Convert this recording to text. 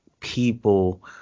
people